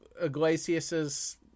Iglesias